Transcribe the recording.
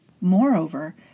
Moreover